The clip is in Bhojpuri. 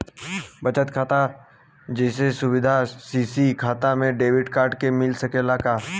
बचत खाता जइसन सुविधा के.सी.सी खाता में डेबिट कार्ड के मिल सकेला का?